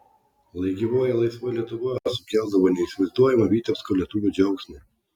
lai gyvuoja laisva lietuva sukeldavo neįsivaizduojamą vitebsko lietuvių džiaugsmą